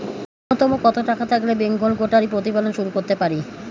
নূন্যতম কত টাকা থাকলে বেঙ্গল গোটারি প্রতিপালন শুরু করতে পারি?